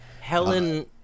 Helen